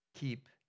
Keep